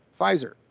Pfizer